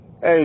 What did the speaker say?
Hey